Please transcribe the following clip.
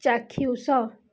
ଚାକ୍ଷୁସ